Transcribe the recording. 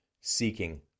seeking